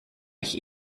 ich